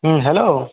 হ্যাঁ হ্যালো